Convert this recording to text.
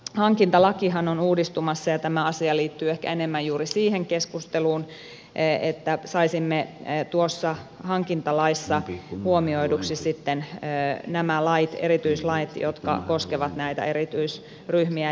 hankintalakihan on uudistumassa ja tämä asia liittyy ehkä enemmän juuri siihen keskusteluun siten että saisimme tuossa hankintalaissa huomioiduksi nämä erityislait jotka koskevat näitä erityisryhmiä